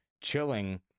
chilling